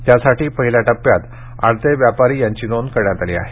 त्यासाठी पहिल्या टप्प्यात आडते व्यापारी यांची नोंद करण्यात आली आहे